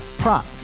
prop